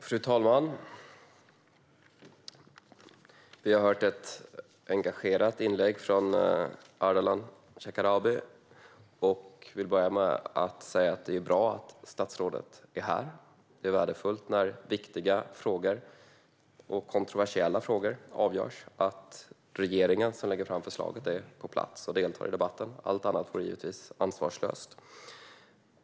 Fru talman! Vi har hört ett engagerat inlägg från Ardalan Shekarabi. Jag vill börja med att säga att det är bra att statsrådet är här. När viktiga och kontroversiella frågor avgörs är det värdefullt att regeringen, som lägger fram förslagen, är på plats och deltar i debatten. Allt annat vore givetvis ansvarslöst.